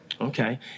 Okay